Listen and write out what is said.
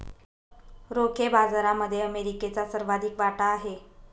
रोखे बाजारामध्ये अमेरिकेचा सर्वाधिक वाटा आहे